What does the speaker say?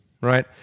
right